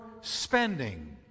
spending